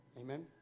Amen